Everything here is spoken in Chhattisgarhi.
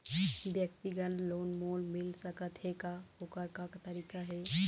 व्यक्तिगत लोन मोल मिल सकत हे का, ओकर का तरीका हे?